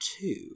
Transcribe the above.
two